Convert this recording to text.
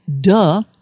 Duh